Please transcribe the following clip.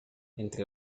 entre